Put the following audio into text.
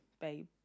babe